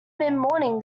midmorning